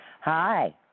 Hi